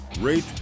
rate